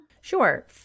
Sure